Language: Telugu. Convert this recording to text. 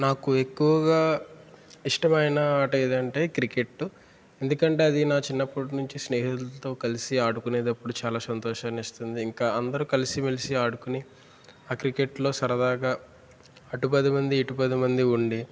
నాకు ఎక్కువగా ఇష్టమైన ఆట ఏది అంటే క్రికెట్ ఎందుకంటే అది నా చిన్నప్పుడు నుంచి స్నేహితులతో కలిసి ఆడుకునేటప్పుడు చాలా సంతోషాన్ని ఇస్తుంది ఇంకా అందరూ కలిసిమెలిసి ఆడుకొని ఆ క్రికెట్లో సరదాగా అటు పది మంది ఇటు పది మంది ఉండి